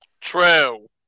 True